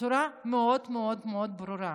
בצורה מאוד מאוד מאוד ברורה